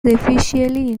especially